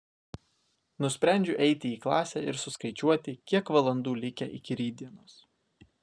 nusprendžiu eiti į klasę ir suskaičiuoti kiek valandų likę iki rytdienos